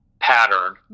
pattern